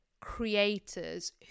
creators